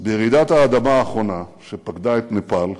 ברעידת האדמה האחרונה שפקדה את נפאל,